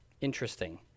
Interesting